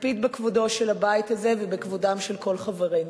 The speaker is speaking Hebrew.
נקפיד בכבודו של הבית הזה ובכבודם של כל חברינו.